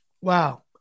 Wow